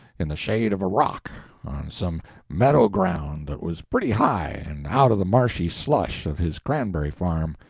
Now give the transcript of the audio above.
in the shade of a rock, on some meadow ground that was pretty high and out of the marshy slush of his cranberry-farm,